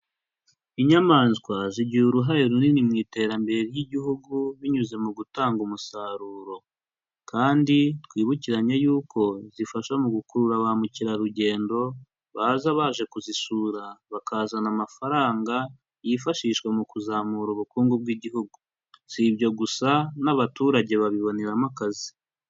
Inyamaswa zigira uruhare runini mu iterambere ry'igihugu, binyuze mu gutanga umusaruro kandi twibukiranye y'uko zifasha mu gukurura ba mukerarugendo, baza baje kuzisura, bakazana amafaranga yifashishwa mu kuzamura ubukungu bw'igihugu. Si ibyo gusa n'abaturage babiboneramo akazi.